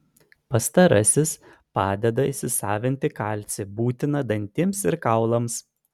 pastarasis padeda įsisavinti kalcį būtiną dantims ir kaulams